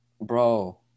bro